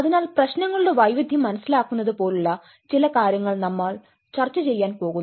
അതിനാൽ പ്രശ്നങ്ങളുടെ വൈവിധ്യം മനസിലാക്കുന്നത് പോലുള്ള ചില കാര്യങ്ങൾ നമ്മൾ ചർച്ചചെയ്യാൻ പോകുന്നു